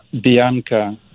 Bianca